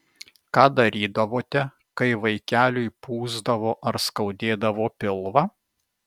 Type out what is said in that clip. ką darydavote kai vaikeliui pūsdavo ar skaudėdavo pilvą